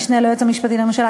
המשנה ליועץ המשפטי לממשלה,